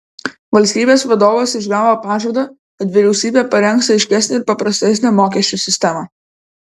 valstybės vadovas išgavo pažadą kad vyriausybė parengs aiškesnę ir paprastesnę mokesčių sistemą